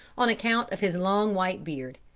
on account of his long white beard.